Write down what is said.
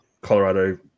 Colorado